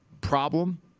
problem